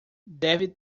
deve